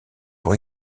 pour